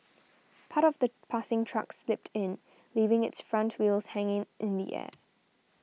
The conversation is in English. part of the passing truck slipped in leaving its front wheels hanging in the air